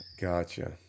Gotcha